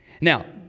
Now